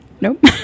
Nope